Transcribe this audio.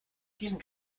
diesen